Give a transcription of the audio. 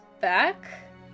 back